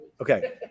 Okay